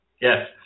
Yes